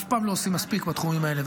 אף פעם לא עושים מספיק בתחומים האלה,